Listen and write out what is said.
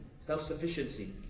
Self-sufficiency